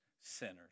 sinners